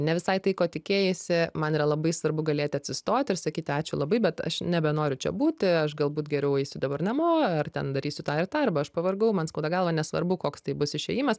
ne visai tai ko tikėjaisi man yra labai svarbu galėti atsistoti ir sakyti ačiū labai bet aš nebenoriu čia būti aš galbūt geriau eisiu dabar namo ar ten darysiu tą ir tą arba aš pavargau man skauda galvą nesvarbu koks tai bus išėjimas